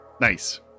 nice